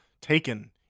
taken